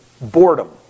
boredom